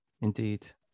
Indeed